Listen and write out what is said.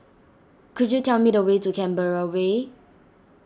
could you tell me the way to Canberra Way